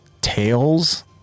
tails